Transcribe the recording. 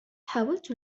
حاولت